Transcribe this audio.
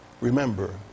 Remember